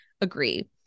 agree